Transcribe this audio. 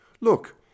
Look